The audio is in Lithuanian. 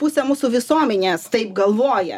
pusė mūsų visuomenės taip galvoja